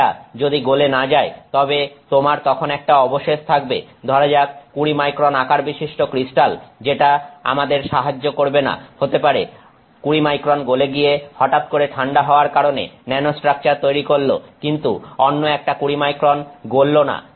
এটা যদি গলে না যায় তবে তোমার তখন একটা অবশেষ থাকবে ধরা যাক 20 মাইক্রন আকারবিশিষ্ট ক্রিস্টাল যেটা আমাদের সাহায্য করবে না হতে পারে 20 মাইক্রন গলে গিয়ে হঠাৎ করে ঠান্ডা হওয়ার কারণে ন্যানোস্ট্রাকচার তৈরি করল কিন্তু অন্য একটা 20 মাইক্রন গলল না